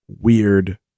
weird